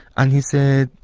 and he said,